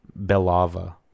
belava